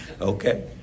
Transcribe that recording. Okay